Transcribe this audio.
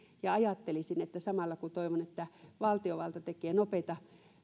ajattelisin että samalla kun toivon että valtiovalta tekee nopeita